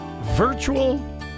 virtual